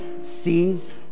sees